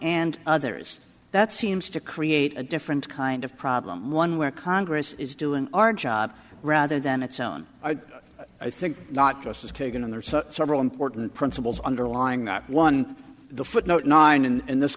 and others that seems to create a different kind of problem one where congress is doing our job rather than its own i think not justice kagan and there are several important principles underlying that one the footnote nine in this